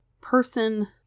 person